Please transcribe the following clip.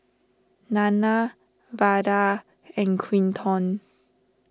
Nana Vada and Quinton